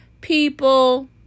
people